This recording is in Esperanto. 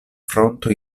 fronto